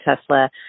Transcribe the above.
Tesla